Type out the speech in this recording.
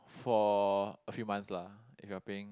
for a few months lah if you're paying